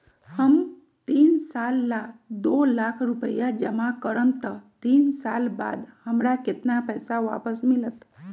हम तीन साल ला दो लाख रूपैया जमा करम त तीन साल बाद हमरा केतना पैसा वापस मिलत?